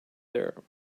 there